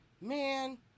Man